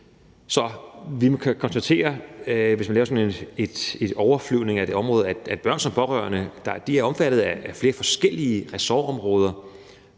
Så vi kan konstatere, hvis vi laver sådan en overflyvning af området, at børn som pårørende er omfattet af flere forskellige ressortområder